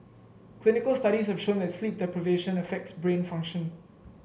clinical studies have shown that sleep deprivation affects brain function